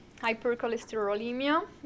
hypercholesterolemia